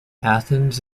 athens